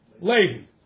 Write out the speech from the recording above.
Lady